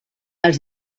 els